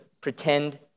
pretend